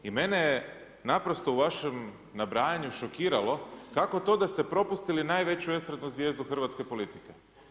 I mene je naprosto u vašem nabrajanju šokiralo, kako to da ste propustili najveću estradnu zvijezdu hrvatske politike?